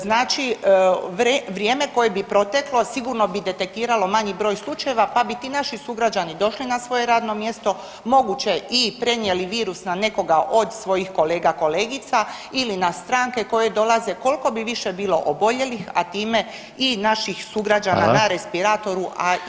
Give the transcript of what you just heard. Znači vrijeme koje bi proteklo sigurno bi detektiralo manji broj slučajeva pa bi ti naši sugrađani došli na svoje radno mjesto, moguće i prenijeli virus na nekoga od svojih kolega, kolegica ili na stranke koje dolaze, koliko bi više bilo oboljelih, a time i naših sugrađana na [[Upadica: Hvala.]] respiratoru, a i [[Upadica: Hvala.]] pogubno